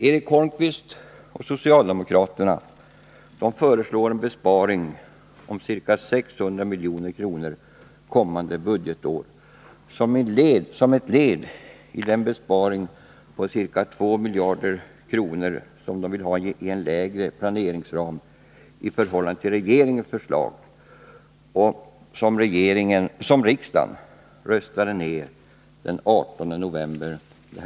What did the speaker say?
Eric Holmqvist och socialdemokraterna föreslår en besparing på ca 600 milj.kr. under kommande budgetår som ett led i den besparing på ca 2 miljarder kronor som de vill ha i en i förhållande till regeringens förslag lägre försvarsdeparteplaneringsram, vilken riksdagen röstade ner den 18 november i år.